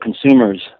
consumers